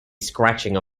scratching